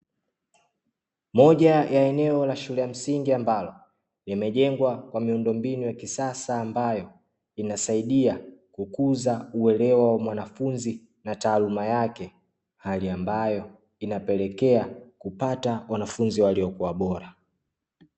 Moja ya eneo la shule ya msingi ambalo limejengwa kwa miundo mbinu ya kisasa ambayo inasaidia kukuza uelewa wa mwanafunzi na taaluma yake, hali ambayo inapelekea kupata wanafunzi waliokuwa bora.